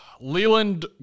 Leland